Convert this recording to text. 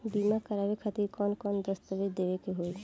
बीमा करवाए खातिर कौन कौन दस्तावेज़ देवे के होई?